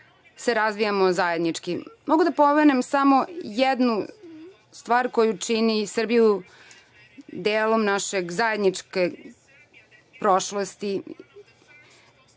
se razvijamo zajednički. Mogu da pomenem samo jednu stvar koja čini Srbiju delom naše zajedničke prošlosti.